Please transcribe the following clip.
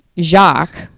Jacques